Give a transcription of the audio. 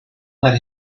let